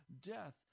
death